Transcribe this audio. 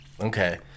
Okay